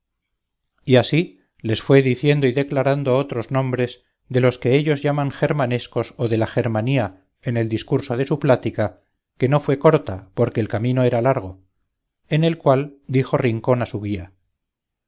y así les fue diciendo y declarando otros nombres de los que ellos llaman germanescos o de la germanía en el discurso de su plática que no fue corta porque el camino era largo en el cual dijo rincón a su guía